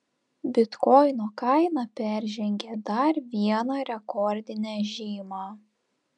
bitkoino kaina peržengė dar vieną rekordinę žymą